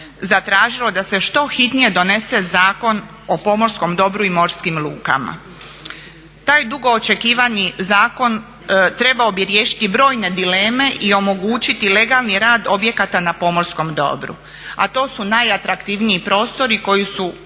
zatražilo da se što hitnije donese Zakon o pomorskom dobru i morskim lukama. Taj dugo očekivani zakon trebao bi riješiti brojne dileme i omogućiti legalni rad objekata na pomorskom dobru a to su najatraktivniji prostori koji su